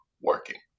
working